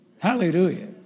Hallelujah